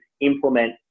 implement